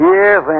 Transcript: Yes